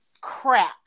crap